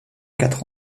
quatre